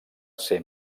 ser